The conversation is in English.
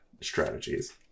strategies